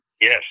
Yes